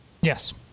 Yes